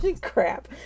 Crap